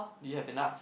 you have enough